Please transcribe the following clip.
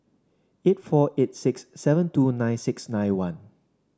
eight four eight six seven two nine six nine one